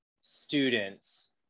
students